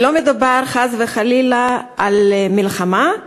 ולא מדובר חס וחלילה על מלחמה,